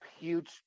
huge